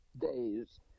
days